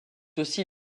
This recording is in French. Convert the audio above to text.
aussi